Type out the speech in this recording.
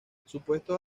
supuestos